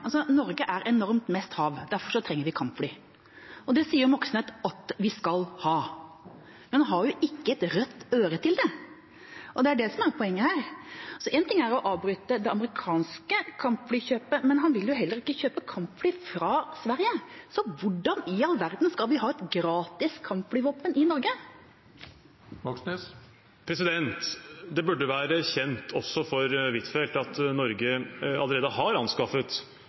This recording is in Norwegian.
Altså: Norge er mest hav. Derfor trenger vi kampfly, og det sier Moxnes at vi skal ha, men han har jo ikke et rødt øre til det. Det er det som er poenget her. Én ting er å avbryte det amerikanske kampflykjøpet, men han vil jo heller ikke kjøpe kampfly fra Sverige. Så hvordan i all verden skal vi ha et gratis kampflyvåpen i Norge? Det burde være kjent, også for Huitfeldt, at Norge allerede har anskaffet